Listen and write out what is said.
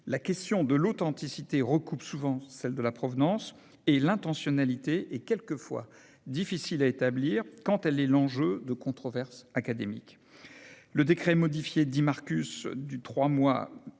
la question de l'authenticité recoupe souvent celle de la provenance et l'intentionnalité est quelquefois difficile à établir quand elle est l'enjeu de controverses académiques. Le décret modifié du 3 mars 1981, dit décret